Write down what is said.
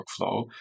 workflow